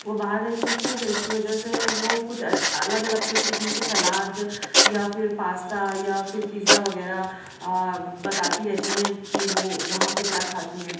وہ باہر رہ چکی ہیں تو اس کی وجہ سے وہ کچھ الگ الگ کے قسم کے سلاد یا پھر پاستا یا پھر پیتزا وغیرہ بتاتی رہتی ہیں کہ وہ وہاں پہ کیا کھاتی ہیں